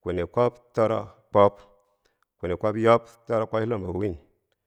kwini kwob toro kwob, kwini kwob yob toro kwob chulombo win.